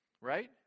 right